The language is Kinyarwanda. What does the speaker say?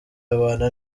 babana